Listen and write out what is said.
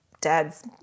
dad's